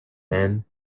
and